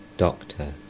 Doctor